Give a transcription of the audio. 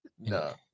no